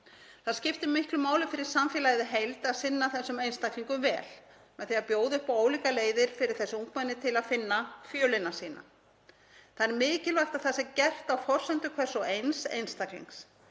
Það skiptir miklu máli fyrir samfélagið í heild að sinna þessum einstaklingum vel með því að bjóða upp á ólíkar leiðir fyrir þessi ungmenni til að finna fjölina sína. Það er mikilvægt að það sé gert á forsendum hvers og eins einstaklings.